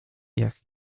jak